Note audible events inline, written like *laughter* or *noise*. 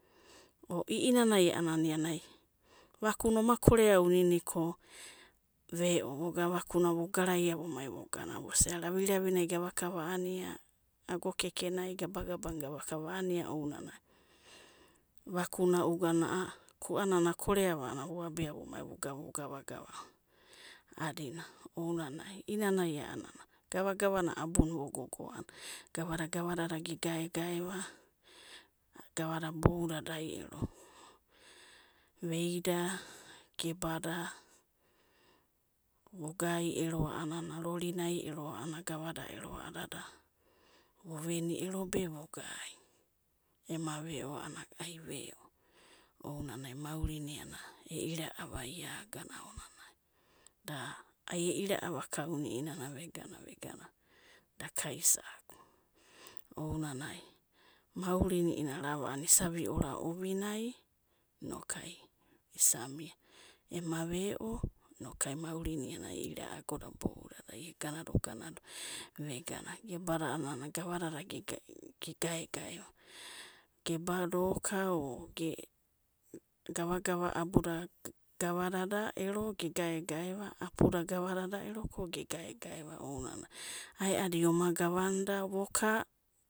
I'inanai a'anana, vakuna oma korea unini ko ve'o vogana vakuna vo garaia vo mai vosia ravi ravina a'anana gavaka, ago'rerenai, gavagavanai gavaka va'ania ounanai, vakuna uga a'a kuananai akoreava 'anana vu'abia vu'maiainia vuga vugava gava ainia a'adina, ounanai i'nanai a'anana gava gavana abunanai vo gogo, a'anana gavada gavadada gegaegaevai gavada boudadai ero. Veida, gebada, vugai ero a'anana rorinai ero a'ana gavada ero voveni ero be vogai, ema ve'o a'anana ve'o, ounanai maurina iana e'ira'ava ia agana aonanai da ai e'ira'a va kauni'ina vegana dakaisa'aku unanai maurina i'inana arava a'ana isa viora ovinai *unintelligible* ira'a agoda boudadai eganado ganado va vegana gebada a'ana gavadada gegaegaeva. Gebadoka o gavagava abudada gavadada ero gegoegoeva. Apuda gavadada ero gegaegae va ounanai ae'adi vogavanida voka.